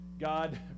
God